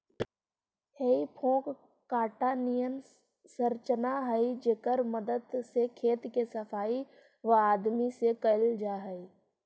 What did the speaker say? हेइ fork काँटा निअन संरचना हई जेकर मदद से खेत के सफाई वआदमी से कैल जा हई